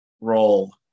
role